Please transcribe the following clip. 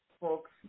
folks